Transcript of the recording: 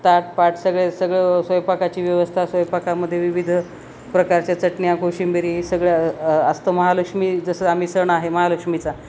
ताट पाट सगळे सगळं स्वयंपाकाची व्यवस्था स्वयंपाकामध्ये विविध प्रकारच्या चटण्या कोशिंबिरी सगळं असतं महालक्ष्मी जसं आम्ही सण आहे महालक्ष्मीचा